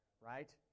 right